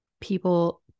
people